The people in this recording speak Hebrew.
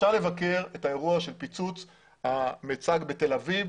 אפשר לבקר את האירוע של פיצוץ המיצג בתל אביב.